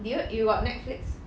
do you you got netflix